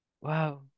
Wow